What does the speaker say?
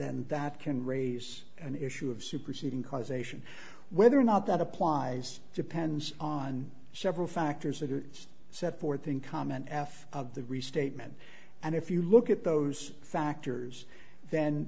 then that can raise an issue of superseding causation whether or not that applies depends on several factors that are set forth in common f of the restatement and if you look at those factors then